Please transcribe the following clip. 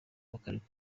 bakareka